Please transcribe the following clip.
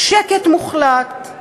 שקט מוחלט.